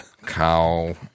cow